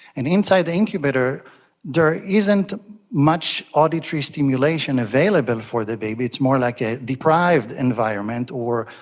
and inside the incubator there isn't much auditory stimulation available for the baby, it's more like a deprived environment or,